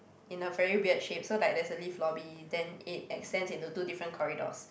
in a very weird shape so like there's a lift lobby then it extends into two different corridors